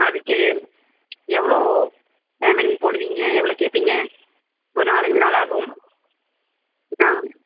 அதுக்கு எவ்வளோ பேமெண்ட் போடுவீங்க எவ்வளோ கேட்பிங்க ஒரு நாலஞ்சு நாள் ஆகும் ஆ